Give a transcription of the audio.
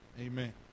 amen